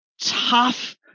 tough